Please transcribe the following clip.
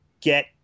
get